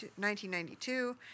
1992